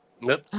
Nope